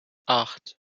acht